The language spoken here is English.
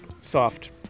soft